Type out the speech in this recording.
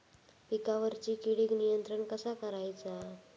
पिकावरची किडीक नियंत्रण कसा करायचा?